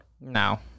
No